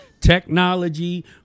Technology